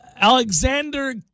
Alexander